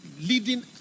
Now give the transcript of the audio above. leading